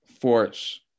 force